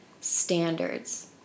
standards